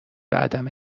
عدم